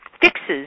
fixes